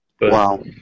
Wow